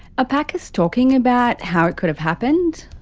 ah packers talking about how it could have happened?